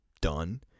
done